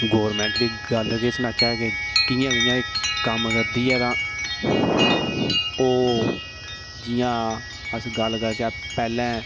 government दी गल्ल गै केह् करचै कि'यां कि'यां कम्म करदी ओह् जि'यां अस पैह्लैं